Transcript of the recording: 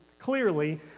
Clearly